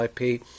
IP